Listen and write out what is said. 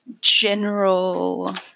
general